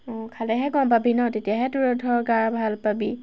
অঁ খালেহে গম পাবি ন তেতিয়াহে তোৰ ধৰ গা ভাল পাবি